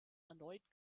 erneut